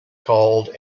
called